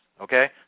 Okay